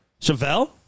chevelle